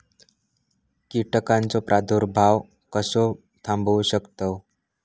कीटकांचो प्रादुर्भाव कसो थांबवू शकतव?